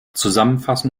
zusammenfassen